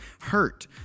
hurt